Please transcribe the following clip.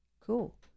Cool